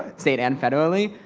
state, and federally.